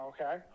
Okay